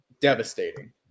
devastating